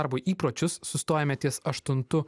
darbo įpročius sustojame ties aštuntu